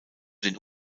den